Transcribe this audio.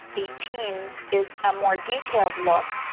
eighteen, is a more detailed look